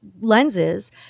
lenses